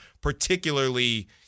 particularly